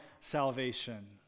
salvation